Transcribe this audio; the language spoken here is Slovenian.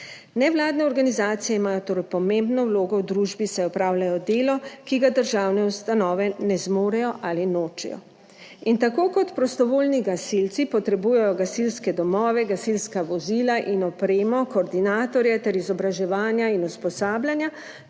Nevladne organizacije imajo torej pomembno vlogo v družbi, saj opravljajo delo, ki ga državne ustanove ne zmorejo ali nočejo in tako kot prostovoljni gasilci potrebujejo gasilske domove, gasilska vozila in opremo, koordinatorja ter izobraževanja in usposabljanja.